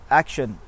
action